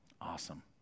awesome